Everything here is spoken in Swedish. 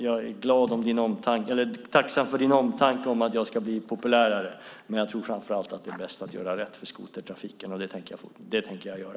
Jag är tacksam för din omtanke för att jag ska bli populärare, men jag tror framför allt att det är bäst att göra rätt för skotertrafiken. Det tänker jag göra.